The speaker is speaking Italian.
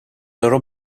loro